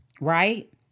right